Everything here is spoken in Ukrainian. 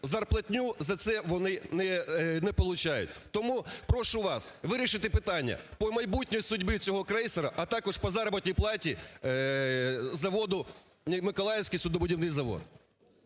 Зарплатню за це вони не получають. Тому прошу вас вирішити питання про майбутню судьбу цього крейсеру, а також по заробітній платі заводу Миколаївський суднобудівний завод.